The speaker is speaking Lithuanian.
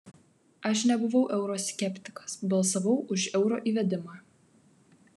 aš nebuvau euro skeptikas balsavau už euro įvedimą